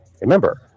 Remember